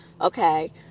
Okay